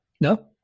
no